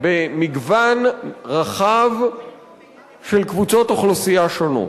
במגוון רחב של קבוצות אוכלוסייה שונות,